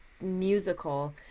musical